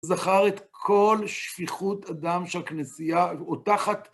זכר את כל שפיכות הדם של הכנסייה, או תחת...